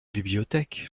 bibliothèque